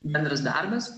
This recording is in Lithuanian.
bendras darbas